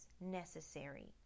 necessary